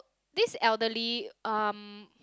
this elderly um